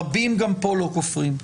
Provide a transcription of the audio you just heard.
רבים כאן גם הם לא כופרים,